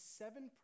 seven